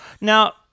Now